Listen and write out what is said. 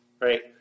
Right